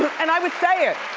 and i would say it.